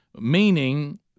meaning